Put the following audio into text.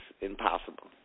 impossible